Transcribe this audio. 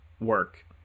work